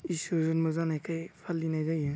ईश्वोर जन्म' जानायखाय फालिनाय जायो